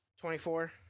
24